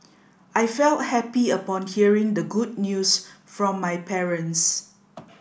I felt happy upon hearing the good news from my parents